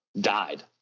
died